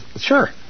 Sure